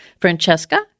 Francesca